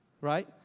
right